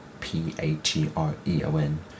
P-A-T-R-E-O-N